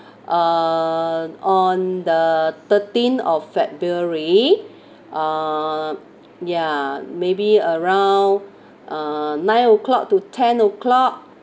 err on the thirteen of february um ya maybe around uh nine o'clock to ten o'clock